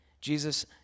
Jesus